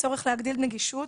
בצורך להגדיל נגישות.